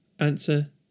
Answer